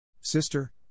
Sister